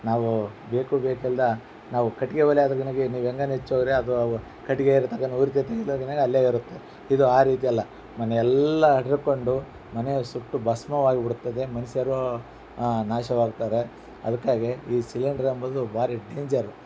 ನಾವು ಬೇಕು ಬೇಕಿಲ್ದ ನಾವು ಕಟ್ಟಿಗೆ ಒಲೆ ಅದು ನಿಮಗೆ ನೀವು ಹೆಂಗಾನ ಹಚ್ ಹೋಗ್ರಿ ಅದು ಕಟ್ಟಿಗೆ ಇರೋ ತನ್ಕನೂ ಉರಿತೈತಿ ಅಲ್ಲೇ ಇರುತ್ತೆ ಇದು ಆ ರೀತಿ ಅಲ್ಲ ಮನೆಯೆಲ್ಲ ಅಡರ್ಕೊಂಡು ಮನೆ ಸುಟ್ಟು ಭಸ್ಮವಾಗಿಬಿಡ್ತದೆ ಮನುಷ್ಯರೂ ನಾಶವಾಗ್ತಾರೆ ಅದಕ್ಕಾಗಿ ಈ ಸಿಲಿಂಡ್ರ್ ಅಂಬೋದು ಭಾರಿ ಡೇಂಜರ್